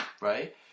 right